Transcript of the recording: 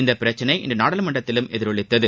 இப்பிரச்சனை இன்று நாடாளுமன்றத்திலும் எதிரொலித்தது